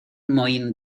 mohín